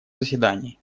заседании